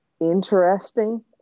interesting